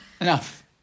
Enough